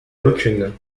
aucune